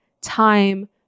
time